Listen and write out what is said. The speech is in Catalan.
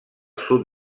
sud